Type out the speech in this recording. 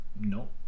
No